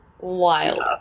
Wild